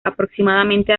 aproximadamente